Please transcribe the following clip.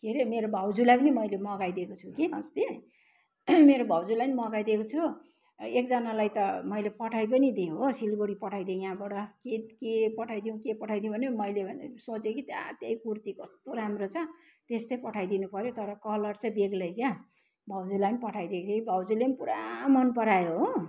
के रे मेरो भाउजूलाई पनि मैले मगाइदिएको छु कि अस्ति मेरो भाउजूलाई मगाइदिएको छु एकजनालाई त मैले पठाई पनि दिएँ हो सिलिगुडी पठाइदिएँ यहाँबाट के त के पठाई दिऊँ के पठाई दिऊँ भने मैले भने सोचे कि आ त्यही कुर्ती कस्तो राम्रो छ त्यस्तै पठाइदिनु पऱ्यो तर कलर चाहिँ बेग्लै क्या भाउजूलाई पठाइदिएको थिएँ भाउजूले पूरा मन परायो हो